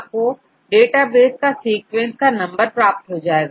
आपको database detail और sequences का नंबर प्राप्त हो जाएगा